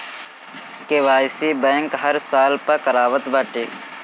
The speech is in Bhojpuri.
के.वाई.सी बैंक हर साल पअ करावत बाटे